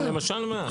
אלון, בבקשה.